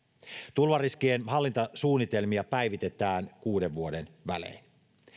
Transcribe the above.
tulvariskien hallintasuunnitelmia päivitetään kuuden vuoden välein